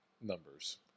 numbers